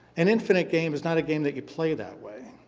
an infinite game is not a game that you play that way.